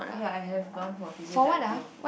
ya I have gone for physiotherapy